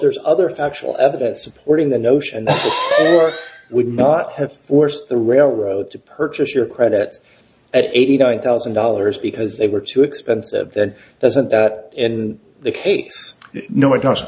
there's other factual evidence supporting the notion that would not have forced the railroad to purchase your credit at eighty nine thousand dollars because they were too expensive then doesn't that in the case you know it wasn't